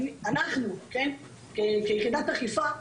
כיחידת אכיפה,